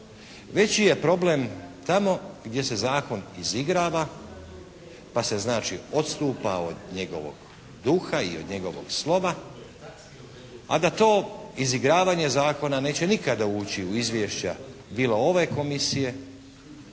Veći je problem tamo gdje se zakon izigrava pa se znači odstupa od njegovog duha i od njegovog sloma, a da to izigravanje zakona neće nikada ući u izvješća bila ove Komisije